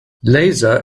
laser